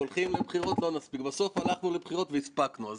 באמת היו קשיים גדולים מאוד, כפי שתיארת אותם.